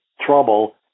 trouble